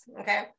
okay